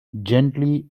gently